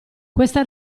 questa